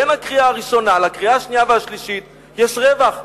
בין הקריאה הראשונה לקריאה השנייה והשלישית יש רווח,